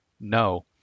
No